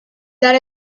that